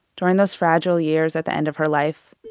during those fragile years at the end of her life.